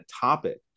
topic